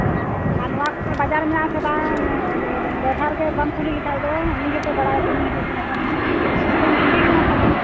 ᱟᱨ ᱱᱚᱣᱟ ᱠᱚᱨᱮ ᱵᱟᱡᱟᱨ ᱢᱮᱱᱟᱜ ᱟᱥᱮ ᱵᱟᱝ ᱰᱟᱭᱵᱷᱟᱨ ᱜᱮ ᱵᱟᱢ ᱠᱩᱞᱤ ᱞᱮᱠᱷᱟᱡ ᱫᱚ ᱩᱱᱤ ᱜᱮᱛᱚ ᱵᱟᱲᱟᱭᱟ ᱫᱤᱱᱚᱢ ᱦᱤᱡᱩᱜ ᱥᱮᱱᱚᱜ ᱠᱟᱱᱟ ᱦᱟᱯᱮᱧ ᱠᱩᱞᱤᱭᱮ ᱠᱟᱱᱟ ᱛᱟᱦᱚᱞᱮ